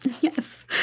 Yes